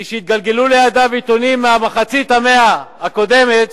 מי שהתגלגלו לידיו עיתונים ממחצית המאה הקודמת